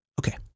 Okay